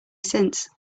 since